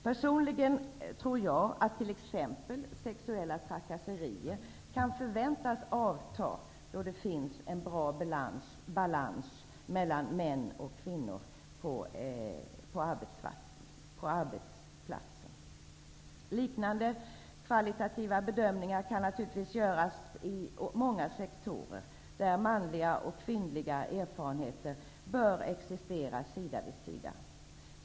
Personligen tror jag att t.ex. sexuella trakasserier kan förväntas avta då det finns en bra balans mellan män och kvinnor på arbetsplatsen. Liknande kvalitativa bedömningar kan naturligtvis göras på många sektorer, där manliga och kvinnliga erfarenheter bör existera sida vid sida.